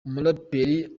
umuraperi